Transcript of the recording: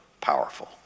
powerful